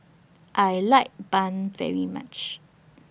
I like Bun very much